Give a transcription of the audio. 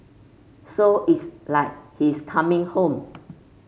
so it's like he's coming home